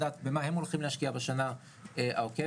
במה הם הולכים להשקיע בשנה העוקבת.